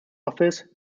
office